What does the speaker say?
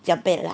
cempedak